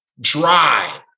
Drive